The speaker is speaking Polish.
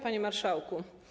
Panie Marszałku!